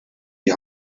die